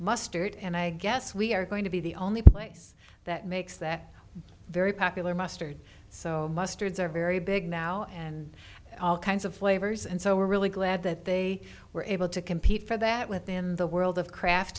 mustard and i guess we are going to be the that makes that very popular mustard so mustards are very big now and all kinds of flavors and so we're really glad that they were able to compete for that within the world of craft